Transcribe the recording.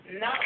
No